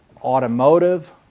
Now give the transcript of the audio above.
automotive